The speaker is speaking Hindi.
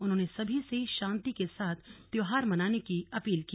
उन्होंने सभी से शांति के साथ त्योहार मनाने की अपील की